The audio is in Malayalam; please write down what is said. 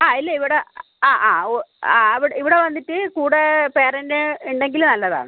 ആ ഇല്ല ഇവിടെ ആ ആ ഓ ഇവിടെ വന്നിട്ട് കൂടെ പാരൻറ് ഉണ്ടെങ്കിൽ നല്ലതാണ്